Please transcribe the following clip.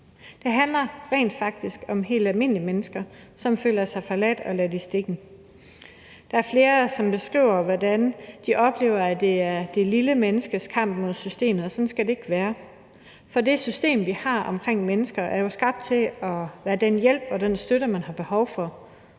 Det handler rent faktisk om helt almindelige mennesker, som føler sig forladtog ladt i stikken. Der er flere, som beskriver, hvordan de oplever, at det er det lille menneskes kamp mod systemet, og sådan skal det ikke være. For det system, vi har omkring mennesker, er jo skabt til at være den hjælp og den støtte, man har behov for.